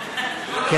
גם ערביות.